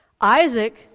Isaac